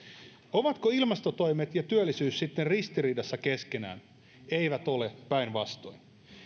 ovatko ilmastotoimet ja työllisyys sitten ristiriidassa keskenään eivät ole päinvastoin